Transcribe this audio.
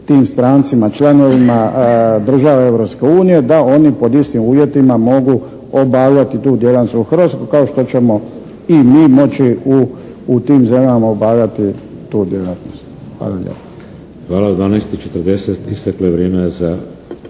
tim strancima, članovima država Europske unije da oni pod istim uvjetima mogu obavljati tu djelatnost u Hrvatskoj kao što ćemo i mi moći u tim zemljama obavljati tu djelatnost. Hvala lijepa. **Šeks, Vladimir